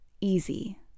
easy